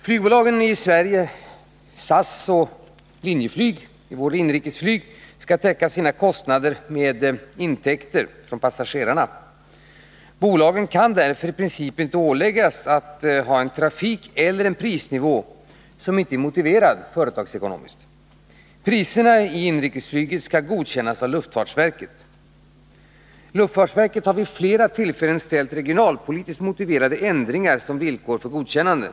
Flygbolagen i svenskt inrikesflyg, i huvudsak Scandinavian Airlines System och Linjeflyg AB , skall täcka sina kostnader med intäkter från passagerarna. Bolagen kan därför i princip inte åläggas att upprätthålla en trafik eller en prisnivå som inte är företagsekonomiskt motiverad. Priserna i inrikesflyget skall godkännas av luftfartsverket. Verket har vid flera tillfällen ställt regionalpolitiskt motiverade ändringar som villkor för godkännande.